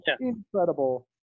incredible